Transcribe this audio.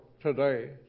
today